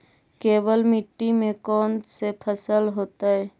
केवल मिट्टी में कौन से फसल होतै?